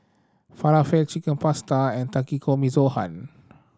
Falafel Chicken Pasta and Takikomi's gohan